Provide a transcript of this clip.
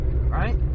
right